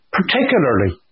particularly